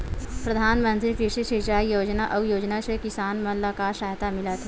प्रधान मंतरी कृषि सिंचाई योजना अउ योजना से किसान मन ला का सहायता मिलत हे?